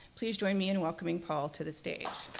please join me in welcoming paul to the stage.